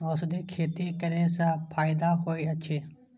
औषधि खेती करे स फायदा होय अछि?